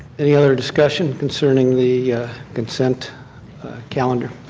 any other discussion concerning the consent calendar?